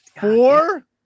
four